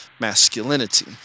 masculinity